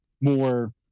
more